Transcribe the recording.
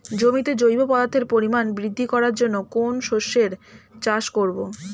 জমিতে জৈব পদার্থের পরিমাণ বৃদ্ধি করার জন্য কোন শস্যের চাষ করবো?